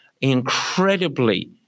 incredibly